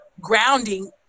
grounding